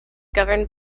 governed